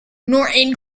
norton